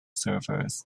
servers